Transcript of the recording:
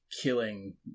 killing